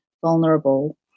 vulnerable